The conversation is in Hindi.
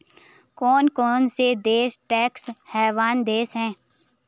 कौन कौन से देश टैक्स हेवन देश हैं?